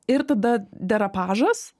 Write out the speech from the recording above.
ir tada derapažas